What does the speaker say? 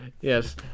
Yes